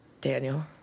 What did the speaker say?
Daniel